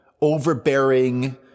overbearing